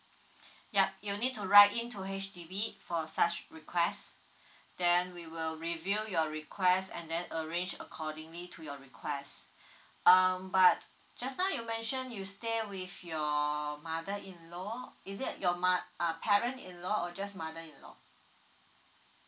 yup you need to write in to H_D_B for such request then we will review your request and then arrange accordingly to your request um but just now you mention you stay with your mother in law is it your mo~ uh parent in law or just mother in law